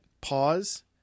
pause